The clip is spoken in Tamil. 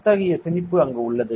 அத்தகைய திணிப்பு அங்கு உள்ளது